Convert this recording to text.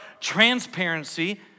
transparency